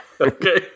okay